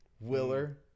Willer